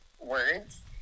words